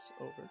over